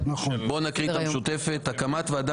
אבל להקים ועדה או לדבר על הקמת ועדה